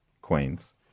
queens